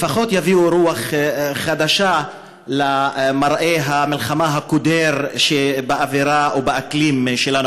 לפחות יביאו רוח חדשה למראה המלחמה הקודר שבאווירה או באקלים שלנו,